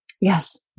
Yes